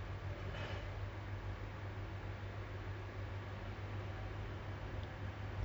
so I uh it's crowded lah especially kalau in the morning kan nak ambil public transport